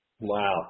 Wow